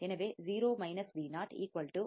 எனவே 0 Vo IfRf